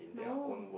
no